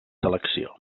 selecció